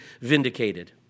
vindicated